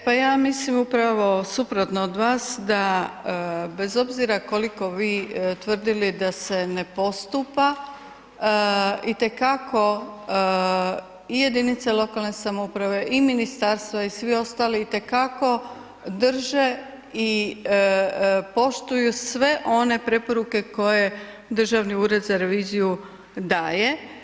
E pa ja mislim upravo suprotno od vas, bez obzira koliko vi tvrdili da se ne postupa, itekako i jedinice lokalne samouprave i ministarstva i svi ostali itekako drže i poštuju sve one preporuke koje Državni ured za reviziju daje.